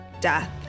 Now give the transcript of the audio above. Death